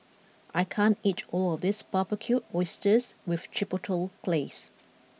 I can't eat all of this Barbecued Oysters with Chipotle Glaze